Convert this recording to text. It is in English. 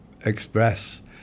express